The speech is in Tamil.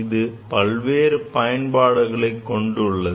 இது பல்வேறு பயன்பாடுகளைக் கொண்டுள்ளது